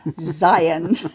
Zion